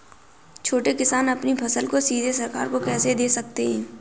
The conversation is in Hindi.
छोटे किसान अपनी फसल को सीधे सरकार को कैसे दे सकते हैं?